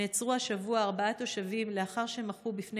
נעצרו השבוע ארבעה תושבים לאחר שמחו בפני